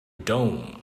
dome